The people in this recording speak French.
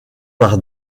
par